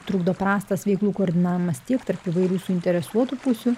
trukdo prastas veiklų koordinavimas tiek tarp įvairių suinteresuotų pusių